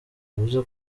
yavuze